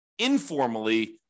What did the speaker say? informally